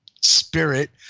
spirit